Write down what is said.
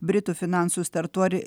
britų finansų startuolį